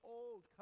old